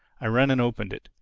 i ran and opened it.